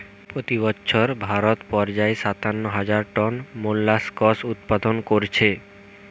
পোতি বছর ভারত পর্যায়ে সাতান্ন হাজার টন মোল্লাসকস উৎপাদন কোরছে